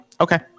okay